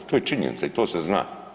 To je činjenica i to se zna.